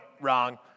wrong